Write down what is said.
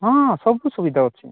ହଁ ସବୁ ସୁବିଧା ଅଛି